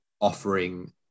offering